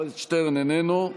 איננו,